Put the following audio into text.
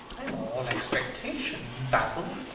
i am all expectation, basil,